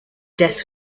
death